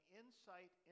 insight